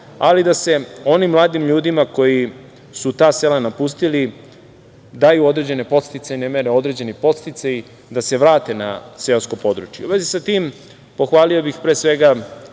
ali i da se onim mladim ljudima koji su ta sela napustili daju određene podsticajne mere da se vrate na seosko područje. U vezi sa tim, pohvalio bih pre svega